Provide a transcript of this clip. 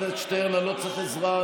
שטרן, אני לא צריך עזרה.